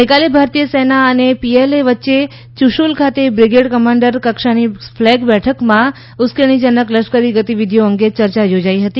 ગઈકાલે ભારતીય સેના અને પીએલએ વચ્ચે યૂશુલ ખાતે બ્રિગેડ કમાન્ડર કક્ષાની ફ્લેગ બેઠકમાં ઉશ્કેરણીજનક લશ્કરી ગતિવિધિઓ અંગે યર્યા યોજાઇ હતી